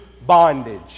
bondage